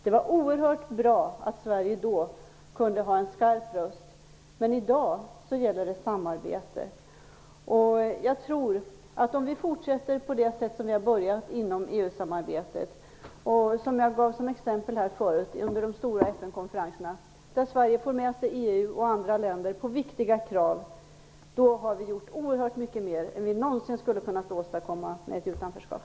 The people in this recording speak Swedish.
Det var oerhört bra att Sverige då kunde ha en stark röst, men i dag är det samarbete som gäller. Jag tror att om vi inom EU-samarbetet fortsätter på det sätt som vi har börjat - under de stora FN-konferenserna där Sverige fått med sig andra EU länder på viktiga krav - kommer vi att kunna göra oerhört mycket mer än vi någonsin skulle ha kunnat åstadkomma med ett utanförskap.